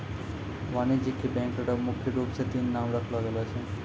वाणिज्यिक बैंक र मुख्य रूप स तीन नाम राखलो गेलो छै